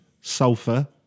sulfur